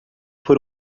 por